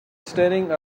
staring